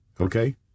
Okay